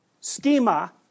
schema